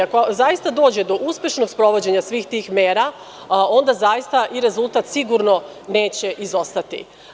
Ako zaista dođe do uspešnog sprovođenja svih tih mera, onda i rezultat sigurno neće izostati.